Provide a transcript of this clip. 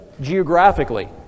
geographically